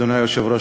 אדוני היושב-ראש,